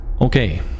Okay